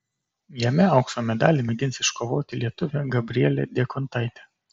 jame aukso medalį mėgins iškovoti lietuvė gabrielė diekontaitė